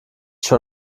schon